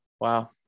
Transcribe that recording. Wow